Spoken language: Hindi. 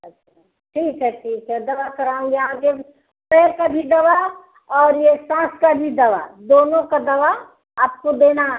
अच्छा ठीक है ठीक है दवा कराऊँगी आगे पैर का भी दवा और यह साँस का भी दवा दोनों का दवा आपको देना